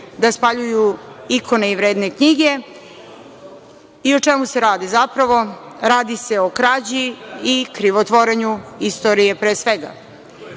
da spaljuju ikone i vredne knjige. O čemu se radi zapravo? Radi se o krađi i krivotvorenju istorije, pre svega.